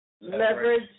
leverage